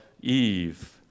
Eve